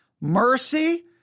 Mercy